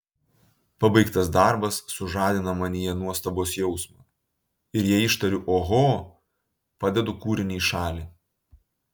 pabaigtas darbas sužadina manyje nuostabos jausmą ir jei ištariu oho padedu kūrinį į šalį